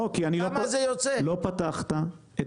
לא משנה,